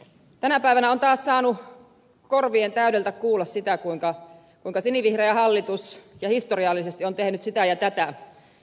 tänä päivänä on taas saanut korvien täydeltä kuulla sitä kuinka sinivihreä hallitus historiallisesti on tehnyt sitä ja tätä